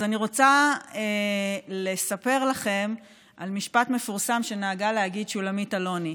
אז אני רוצה לספר לכם על משפט מפורסם שנהגה להגיד שולמית אלוני: